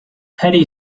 petty